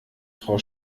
frau